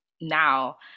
now